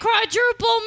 quadruple